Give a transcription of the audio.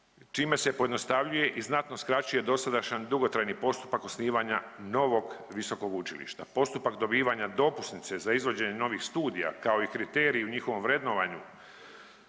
čime se pojednostavljuje i znatno skraćuje dosadašnji dugotrajni postupak osnivanja novog visokog učilišta. Postupak dobivanja dopusnice za izvođenje novih studija, kao i kriterij u njihovom vrednovanju,